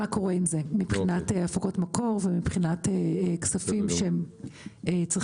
מה קורה עם זה מבחינת הפקות מקור ומבחינת כספים שהן צריכות